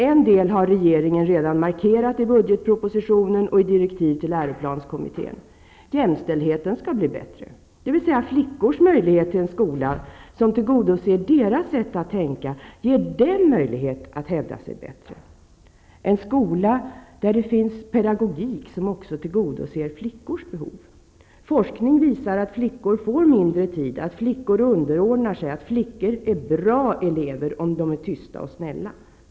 En del har regeringen redan markerat i budgetpropositionen och i direktiv till läroplanskommittén. Jämställdheten skall bli bättre, dvs. flickors möjlighet till en skola som tillgodoser deras sätt att tänka och ger dem möjlighet att hävda sig bättre, en skola där det finns pedagogik som också tillgodoser flickors behov. Forskning visar att flickor får mindre tid, att flickor underordnar sig, att flickor är bra elever om de är tysta och snälla.